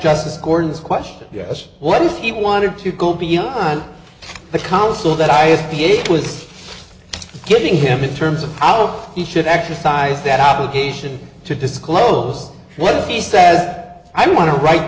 justice gordon's question yes what if he wanted to go beyond the counsel that i as he was giving him in terms of how he should exercise that obligation to disclose what he sad i want to write